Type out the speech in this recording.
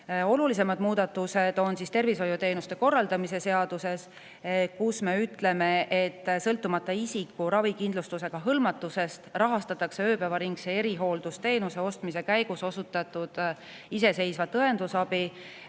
Olulisemad muudatused on tervishoiuteenuste korraldamise seaduses, kus me [sätestame], et sõltumata isiku ravikindlustusega hõlmatusest rahastatakse ööpäevaringse erihooldusteenuse osutamise käigus osutatud iseseisvat õendusabi